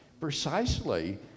precisely